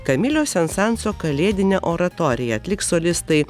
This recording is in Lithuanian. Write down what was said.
kamilio sen sanso kalėdinę oratoriją atliks solistai